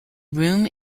room